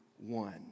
one